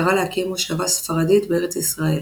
קרא להקים מושבה ספרדית בארץ ישראל